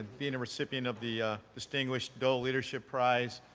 being a recipient of the distinguished dole leadership prize.